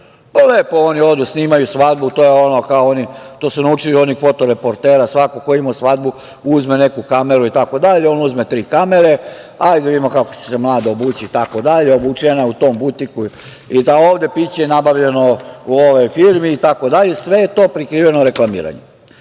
oni odu, snimaju svadbu, to su naučili od onih fotoreportera, svako ko je imao svadbu, uzme neku kameru itd. on uzme tri kamere, hajde da vidimo kako će se mlada obući itd, obučena je u tom butiku, ovde je piće nabavljeno u ovoj firmi itd. Sve je to prikriveno reklamiranjem. Recimo,